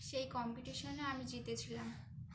সেই কম্পিটিশনে আমি জিতেছিলাম